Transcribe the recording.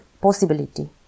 Possibility